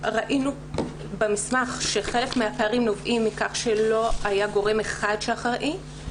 ראינו במסמך שחלק מן הפערים נובעים מכך שלא היה גורם אחד שאחראי,